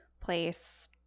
place